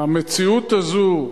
הזאת,